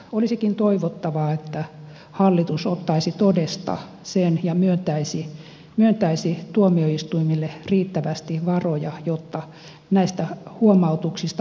olisikin toivottavaa että hallitus ottaisi todesta sen ja myöntäisi tuomioistuimille riittävästi varoja jotta näistä huomautuksista päästään